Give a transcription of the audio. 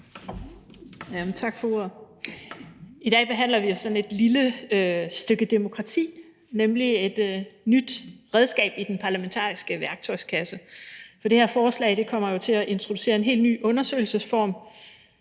Dehnhardt (SF): I dag behandler vi noget, som er et lille stykke demokrati, nemlig et nyt redskab i den parlamentariske værktøjskasse, for det her forslag kommer jo til at introducere en helt ny undersøgelsesform,